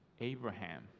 Abraham